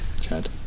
Chad